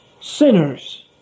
sinners